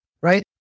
right